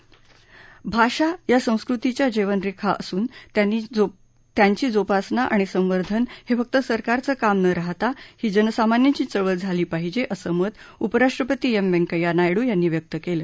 भाषा या संस्कृतीच्या जीवनरेखा असून त्यांची जोपासना आणि संवर्धन हे फक्त सरकारचं काम न राहता ही जनसामन्यांची चळवळ झाली पाहिजे असं मत उपराष्ट्रती एम व्यंकय्या नायडू यांनी व्यक्त केलं